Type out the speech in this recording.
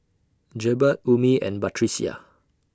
Jebat Ummi and Batrisya